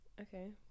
Okay